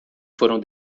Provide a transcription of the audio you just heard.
foram